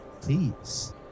Please